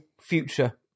future